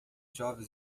jovens